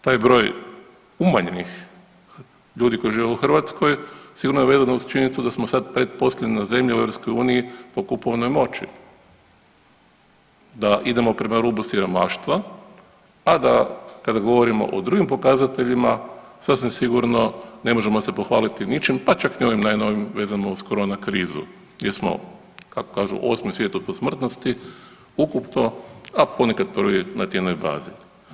Taj broj umanjenih ljudi koji žive u Hrvatskoj sigurno je jedna od činjenica da smo sad pretposljednja zemlja u EU po kupovnoj moći, da idemo prema rubu siromaštva, a da kada govorimo o drugim pokazateljima sasvim sigurno ne možemo se pohvaliti ničim, pa čak ni ovim najnovijim vezanim uz korona krizu gdje smo kako kažu 8. u svijetu po smrtnosti ukupno, a ponekad prvi na tjednoj bazi.